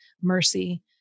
mercy